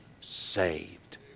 saved